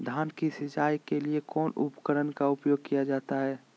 धान की सिंचाई के लिए कौन उपकरण का उपयोग किया जाता है?